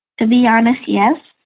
to be honest, yes.